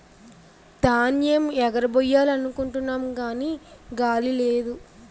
ధాన్యేమ్ ఎగరబొయ్యాలనుకుంటున్నాము గాని గాలి లేదు